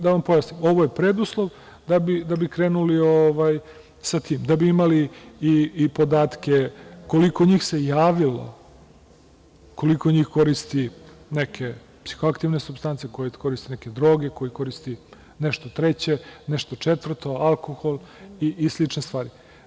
Da vam pojasnim, ovo je preduslov da bi krenuli sa tim, da bi imali i podatke koliko njih se javilo, koliko njih koristi neke psihoaktivne supstance, koji koriste neke droge, koji koriste nešto treće, nešto četvrto, alkohol i slične stvari.